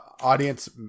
audience